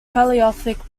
paleolithic